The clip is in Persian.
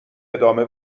ادامه